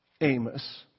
Amos